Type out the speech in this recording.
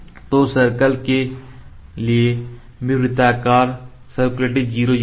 तो सर्कल के लिए भी वृत्ताकार 0 0 है